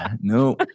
No